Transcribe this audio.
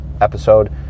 episode